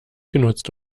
genutzt